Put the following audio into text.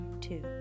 Two